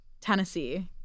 Tennessee—